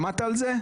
שמעת על זה,